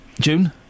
June